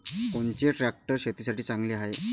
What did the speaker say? कोनचे ट्रॅक्टर शेतीसाठी चांगले हाये?